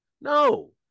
no